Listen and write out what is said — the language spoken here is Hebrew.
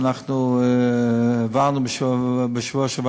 שאנחנו העברנו בשבוע שעבר,